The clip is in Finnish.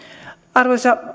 arvoisa